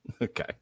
Okay